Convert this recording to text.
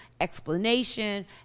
explanation